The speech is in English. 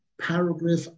paragraph